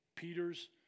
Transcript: Peter's